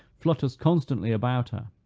flutters constantly about her,